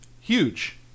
huge